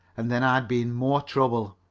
and then i'd be in more trouble.